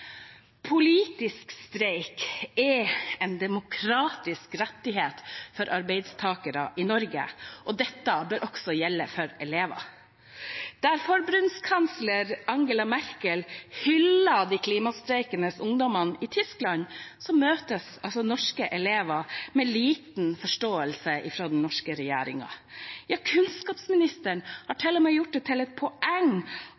Politisk streik er en demokratisk rettighet for arbeidstakere i Norge, og dette bør også gjelde for elever. Der forbundskansler Angela Merkel hyller de klimastreikende ungdommene i Tyskland, møtes norske elever med liten forståelse fra den norske regjeringen. Ja, kunnskapsministeren har